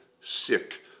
sick